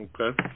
Okay